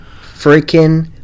freaking